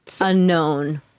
unknown